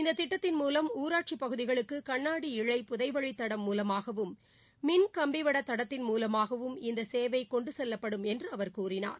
இந்த திட்டத்தின் மூவம் ஊராட்சிப் பகுதிகளுக்கு கண்ணாடி இழை புதைவழித்தடம் மூவமாகவும் மின்கம்பிட தடத்தின் மூலமாகவும் இந்த சேவை கொண்டு செல்லப்படு என்று அவர் கூறினார்